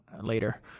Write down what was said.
later